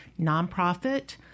nonprofit